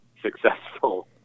successful